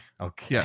okay